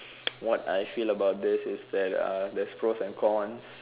what I feel about this is that uh there's pros and cons